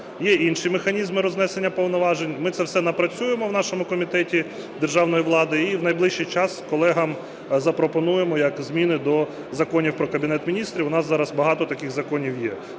Є інші механізми рознесення повноважень. Ми це все напрацюємо в нашому Комітеті державної влади і в найближчий час колегам запропонуємо як зміни до законів про Кабінет Міністрів, у нас зараз багато таких законів є.